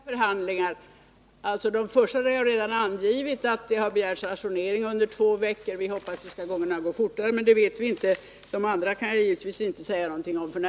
Herr talman! Vilka förhandlingar? Beträffande de första förhandlingarna har jag redan angivit att ajournering har begärts under två veckor. Vi hoppas visserligen att det skall kunna gå fortare, men om det blir så vet vi inte. De andra förhandlingarna kan jag givetvis inte säga någonting om f. n.